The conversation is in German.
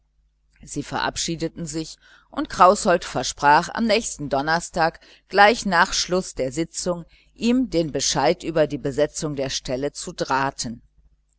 sie verabschiedeten sich und kraußold versprach am nächsten donnerstag gleich nach schluß der sitzung ihm den entscheid über die besetzung der stelle zu